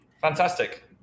fantastic